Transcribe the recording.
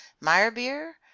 meyerbeer